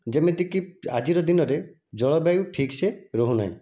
ଯେମିତିକି ଆଜିର ଦିନରେ ଜଳବାୟୁ ଠିକ୍ ସେ ରହୁନାହିଁ